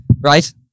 Right